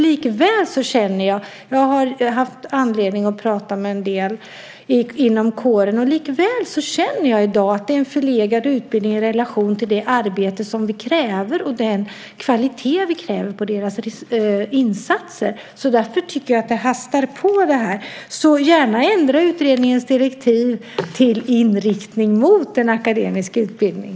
Likväl känner jag - jag har haft anledning att prata med en del inom kåren - att utbildningen i dag är förlegad i relation till det arbete och den kvalitet på insatserna som vi kräver av poliserna. Därför tycker jag att detta hastar. Ändra därför gärna utredningens direktiv till inriktning mot en akademisk utbildning!